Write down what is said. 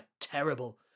terrible